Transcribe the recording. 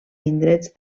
indrets